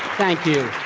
thank you.